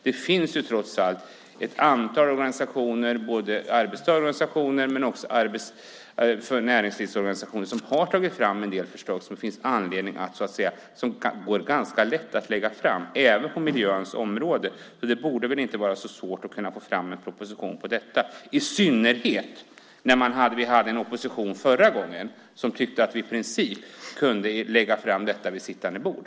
Det finns ju trots allt ett antal organisationer - både arbetstagarorganisationer och näringslivsorganisationer - som har tagit fram en del förslag som går ganska lätt att lägga fram även på miljöns område, så det borde väl inte vara så svårt att få fram en proposition om detta, i synnerhet som vi hade en opposition förut som tyckte att vi i princip kunde lägga fram detta vid sittande bord.